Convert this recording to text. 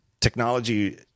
technology –